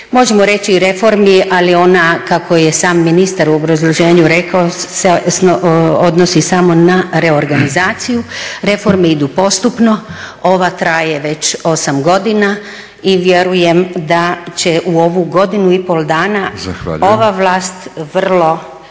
možemo reći i reformi, ali ona kako ju je sami ministar u obrazloženju rekao odnosi se samo na reorganizaciju. Reforme idu postupno, ova traje već osam godina i vjerujem da će u ovu godinu i pol dana ova vlast vrlo